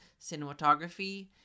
Cinematography